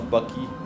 Bucky